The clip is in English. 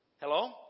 Hello